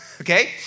okay